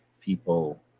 people